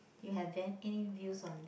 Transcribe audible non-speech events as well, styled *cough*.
you have *noise* any views on that